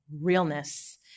realness